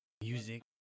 Music